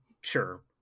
Sure